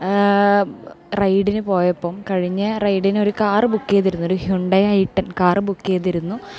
റൈഡിന് പോയപ്പം കഴിഞ്ഞ റൈഡിന് ഒരു കാറ് ബുക്ക് ചെയ്തിരുന്നു ഒരു Hyundai i ten car book ചെയ്തിരുന്നു